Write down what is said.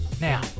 Now